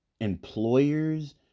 employers